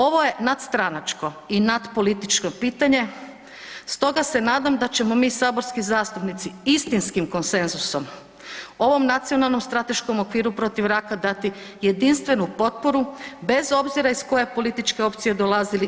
Ovo je nadstranačko i nadpolitičko pitanje, stoga se nadam da ćemo mi saborski zastupnici istinskim konsenzusom ovom Nacionalnom strateškom okviru protiv raka dati jedinstvenu potporu bez obzira iz koje političke opcije dolazili.